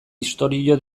istorio